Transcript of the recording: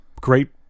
great